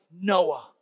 Noah